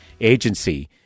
agency